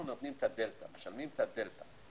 אנחנו משלמים את הדלתא.